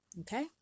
Okay